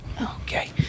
Okay